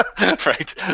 right